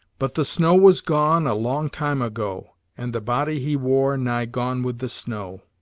but the snow was gone a long time ago, and the body he wore nigh gone with the snow.